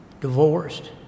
divorced